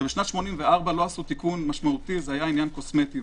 בשנת 84' לא עשו תיקון משמעותי - זה היה עניין קוסמטי.